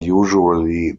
usually